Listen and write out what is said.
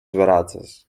barates